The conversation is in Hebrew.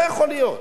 לא יכול להיות,